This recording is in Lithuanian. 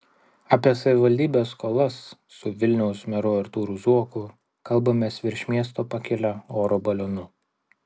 apie savivaldybės skolas su vilniaus meru artūru zuoku kalbamės virš miesto pakilę oro balionu